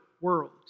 world